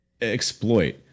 exploit